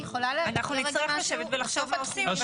אנחנו נצטרך לשבת ולחשוב מה עושים.